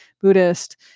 Buddhist